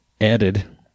Added